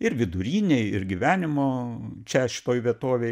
ir vidurinėj ir gyvenimo čia šitoj vietovėj